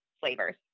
flavors